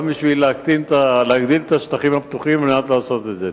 גם בשביל להגדיל את השטחים הפתוחים, לעשות את זה.